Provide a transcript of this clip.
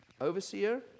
Overseer